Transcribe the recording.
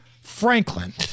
Franklin